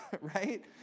right